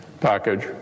package